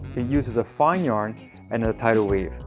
it uses a fine yarn and a tight weave.